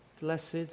blessed